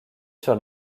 sur